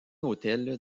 hôtel